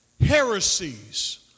Heresies